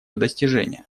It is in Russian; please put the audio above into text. достижения